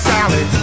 Sally